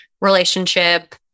relationship